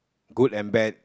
good and bad